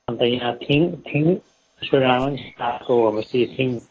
अन्त यहाँ थिङ थिङ